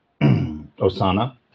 Osana